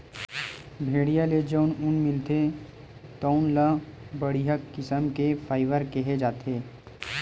भेड़िया ले जउन ऊन मिलथे तउन ल बड़िहा किसम के फाइबर केहे जाथे